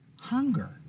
Hunger